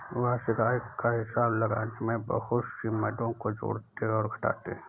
वार्षिक आय का हिसाब लगाने में बहुत सी मदों को जोड़ते और घटाते है